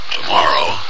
Tomorrow